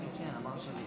בבקשה.